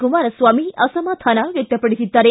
ಕುಮಾರಸ್ವಾಮಿ ಅಸಮಾಧಾನ ವ್ಯಕ್ತಪಡಿಸಿದ್ದಾರೆ